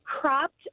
cropped